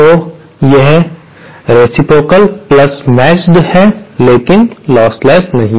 तो यह रेसिप्रोकालमेचड़ है लेकिन लॉसलेस नहीं है